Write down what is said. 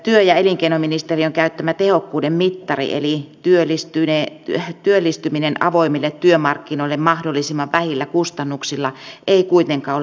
työ ja elinkeinoministeriön käyttämä tehokkuuden mittari eli työllistyminen avoimille työmarkkinoille mahdollisimman vähillä kustannuksilla ei kuitenkaan ole riittävä